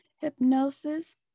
Hypnosis